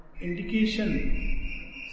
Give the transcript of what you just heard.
indication